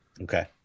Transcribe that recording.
Okay